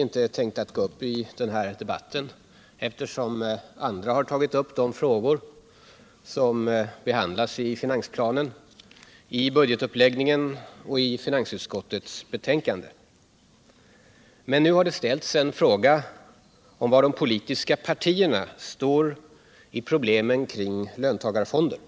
inte tänkt gå upp i den här debatten, eftersom andra har tagit upp de frågor som behandlas i finansplanen, i budgetuppläggningen och i finansutskottets betänkande. Men nu har det ställts en fråga om var de politiska partierna står när det gäller problemen kring löntagarfonder.